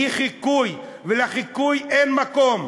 היא חיקוי, ולחיקוי אין מקום.